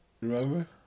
Remember